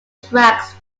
tracks